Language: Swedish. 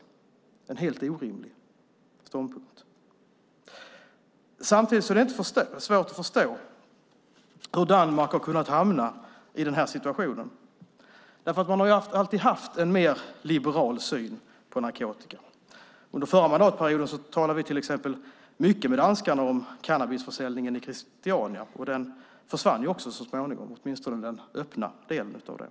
Det är en helt orimlig ståndpunkt. Samtidigt är det inte svårt att förstå hur Danmark har kunnat hamna i denna situation. Man har alltid haft en mer liberal syn på narkotika. Under den förra mandatperioden talade vi till exempel mycket med danskarna om cannabisförsäljningen i Christiania, och den försvann så småningom, åtminstone den öppna delen av den.